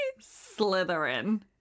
Slytherin